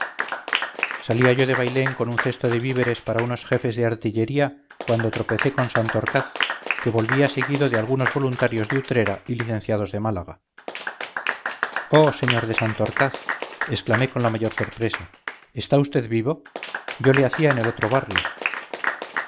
salía yo de bailén con un cesto de víveres para unos jefes de artillería cuando tropecé con santorcaz que volvía seguido de algunos voluntarios de utrera y licenciados de málaga oh sr de santorcaz exclamé con la mayor sorpresa está vd vivo yo le hacía en el otro barrio